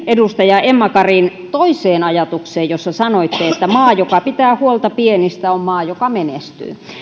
edustaja emma karin toiseen ajatukseen jossa sanoitte että maa joka pitää huolta pienistä on maa joka menestyy